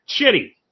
Shitty